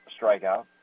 strikeout